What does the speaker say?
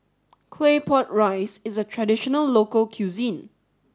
Claypot Rice is a traditional local cuisine